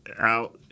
out